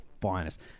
finest